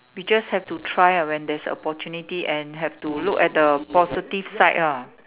we just have to try ah when there's opportunity and have to look at the positive side ah